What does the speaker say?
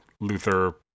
Luther